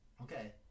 Okay